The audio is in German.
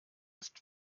ist